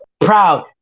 Proud